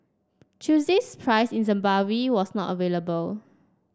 Tuesday's price in Zimbabwe was not available